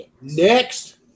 Next